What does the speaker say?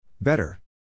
Better